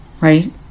right